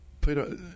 Peter